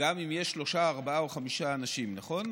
גם אם יש שלושה, ארבעה או חמישה אנשים, נכון?